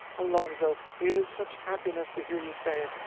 alonzo, it is such happiness to hear you say it.